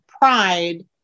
pride